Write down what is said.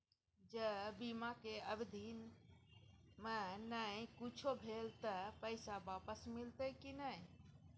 ज बीमा के अवधि म नय कुछो भेल त पैसा वापस मिलते की नय?